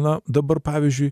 na dabar pavyzdžiui